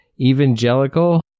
Evangelical